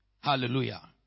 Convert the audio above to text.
Hallelujah